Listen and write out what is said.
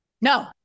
No